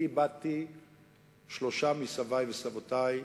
אני איבדתי שלושה מסבי וסבותי,